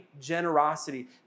generosity